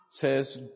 says